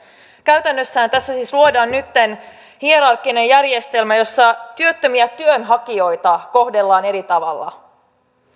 käytännössähän tässä siis luodaan nytten hierarkkinen järjestelmä jossa työttömiä työnhakijoita kohdellaan eri tavoilla